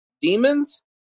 demons